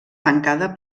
tancada